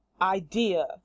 idea